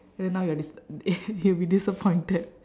and then now you are dis~ you will be disappointed